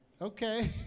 Okay